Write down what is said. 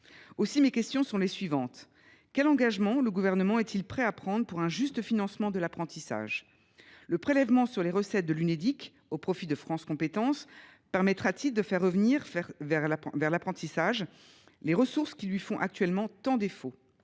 pays a tant besoin, s’aggraveront. Quels engagements le Gouvernement est il prêt à prendre pour un juste financement de l’apprentissage ? Le prélèvement sur les recettes de l’Unédic au profit de France Compétences permettra t il de faire revenir vers l’apprentissage les ressources qui lui font actuellement tant défaut ?